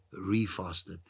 refasted